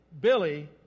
Billy